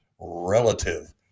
relative